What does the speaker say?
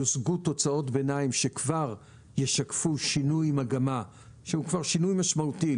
יושגו תוצאות ביניים שכבר ישקפו שינוי מגמה שהוא כבר שינוי משמעותי,